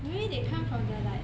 maybe they come from the like